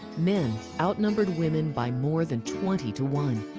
men outnumbered women by more than twenty to one.